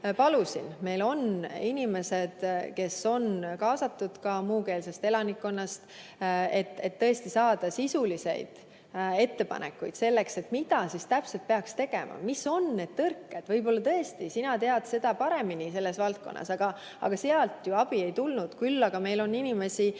Meil on inimesed, kes on kaasatud ka muukeelsest elanikkonnast, et tõesti saada sisulisi ettepanekuid, mida siis täpselt peaks tegema. Mis on need tõrked? Võib-olla tõesti sina tead seda paremini selles valdkonnas, aga sealt abi ei tulnud. Küll aga meil on inimesi,